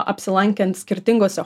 apsilankėm skirtingose